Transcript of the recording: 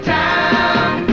town